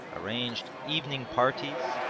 arranged evening parties,